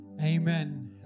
amen